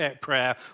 prayer